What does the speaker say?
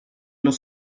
los